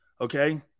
Okay